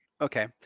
okay